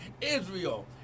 Israel